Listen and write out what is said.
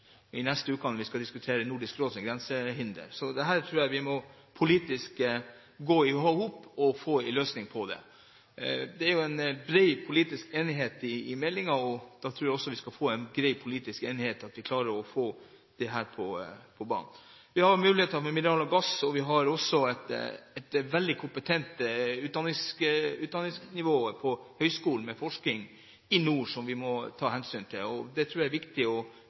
tror jeg vi politisk må gå i hop og få en løsning på det. Det er jo bred politisk enighet om meldingen, og da tror jeg også vi skal få en grei politisk enighet her, slik at vi klarer å få dette på banen. Vi har muligheter innen mineraler og gass, og vi har også et veldig kompetent nivå på høyskolen når det gjelder forskning i nord, som vi må ta hensyn til. Jeg tror det er viktig å